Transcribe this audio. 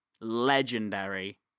legendary